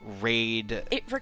raid